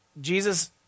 Jesus